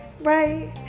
right